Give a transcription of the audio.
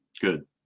Good